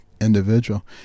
individual